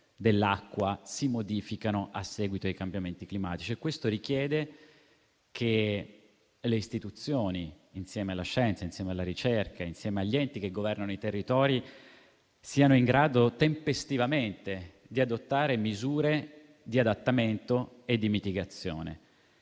dell'acqua si modificano a seguito dei cambiamenti climatici. Questo richiede che le istituzioni, insieme alla scienza, alla ricerca e agli enti che governano i territori, siano in grado tempestivamente di adottare misure di adattamento e di mitigazione.